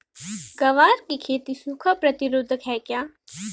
ग्वार की खेती सूखा प्रतीरोधक है क्या?